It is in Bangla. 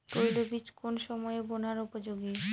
তৈলবীজ কোন সময়ে বোনার উপযোগী?